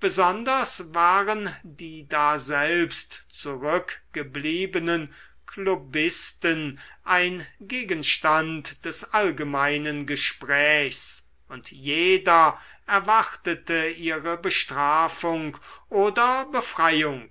besonders waren die daselbst zurückgebliebenen klubbisten ein gegenstand des allgemeinen gesprächs und jeder erwartete ihre bestrafung oder befreiung